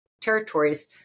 territories